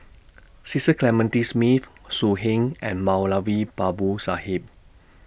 Cecil Clementi Smith So Heng and Moulavi Babu Sahib